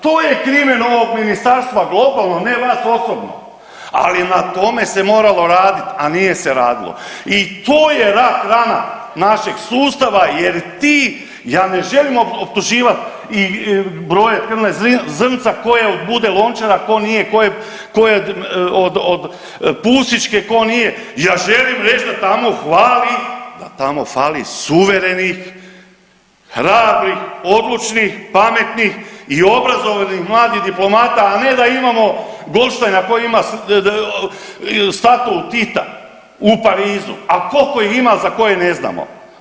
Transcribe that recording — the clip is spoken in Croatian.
To je krimen ovog ministarstva globalno, ne vas osobno, ali na tome se moralo radit, a nije se radilo i to je rak rana našeg sustava jer ti, ja ne želim optuživat i brojat krvna zrnca ko je od Bude Lončara, ko nije, ko je, ko je od, od Pusićke, ko nije, ja želim reć da tamo fali, da tamo fali suverenih, hrabrih, odlučnih, pametnih i obrazovanih mladih diplomata, a ne da imamo Goldštajna koji ima statut Tita u Parizu, a kolko ih ima za koje ne znamo.